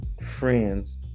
friends